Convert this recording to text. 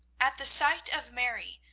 at the sight of mary,